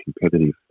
competitive